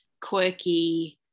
quirky